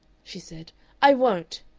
she said i won't!